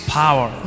power